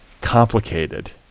complicated